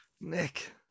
Nick